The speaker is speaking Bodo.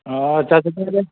अ' आच्छा बिदिबालाय